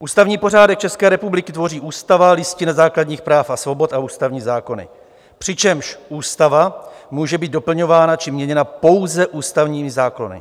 Ústavní pořádek České republiky tvoří Ústava ČR, Listina základních práv a svobod a ústavní zákony, přičemž ústava může být doplňována či měněna pouze ústavními zákony.